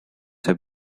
have